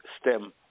stem